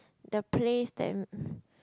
the place that